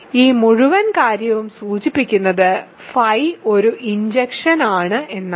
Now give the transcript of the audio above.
ഈ മുഴുവൻ കാര്യവും സൂചിപ്പിക്കുന്നത് φ ഒരു ഇൻജക്ഷൻ ആണ് എന്നാണ്